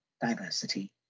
diversity